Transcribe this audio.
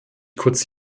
kurz